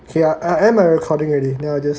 okay ah I end my recording already then I just